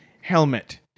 helmet